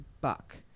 Buck